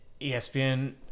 ESPN